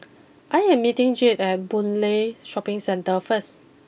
I am meeting Jade at Boon Lay Shopping Centre first